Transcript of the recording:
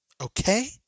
Okay